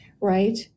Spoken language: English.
right